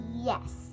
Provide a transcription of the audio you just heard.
yes